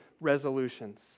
resolutions